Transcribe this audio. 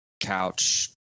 couch